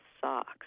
socks